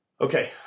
Okay